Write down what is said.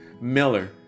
Miller